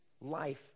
life